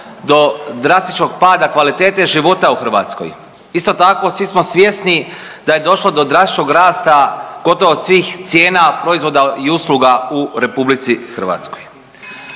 do drastičnog pada kvalitete života u Hrvatskoj. Isto tako svi smo svjesni da je došlo do drastičnog rasta gotovo svih cijena proizvoda i usluga u RH. Hrvatski